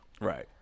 Right